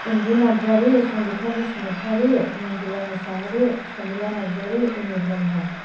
Anju Narzary Sangita Basumatary Manjula Mushahary Samila Narzary Anu Brahma